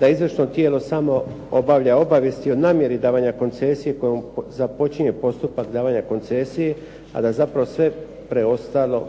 da izvršno tijelo samo obavlja obavijesti o namjeri davanja koncesije kojom započinje postupak davanja koncesije, a da zapravo sve preostalo